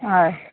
হয়